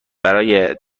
برای